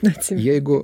net jeigu